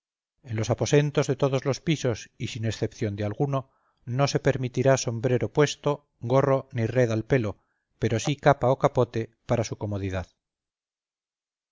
los aposentos de todos los pisos y sin excepción de alguno no se permitirá sombrero puesto gorro ni red al pelo pero sí capa o capote para su comodidad